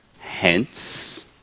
Hence